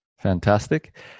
Fantastic